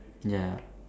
ya